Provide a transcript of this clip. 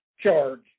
charge